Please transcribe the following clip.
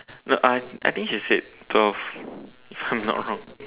look I I think he said dwarf if I'm not wrong